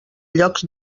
llocs